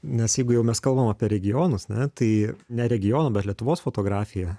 nes jeigu jau mes kalbam apie regionus ne tai ne regiono bet lietuvos fotografija